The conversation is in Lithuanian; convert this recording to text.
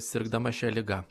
sirgdama šia liga